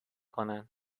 کنن